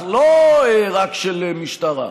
לא רק של משטרה,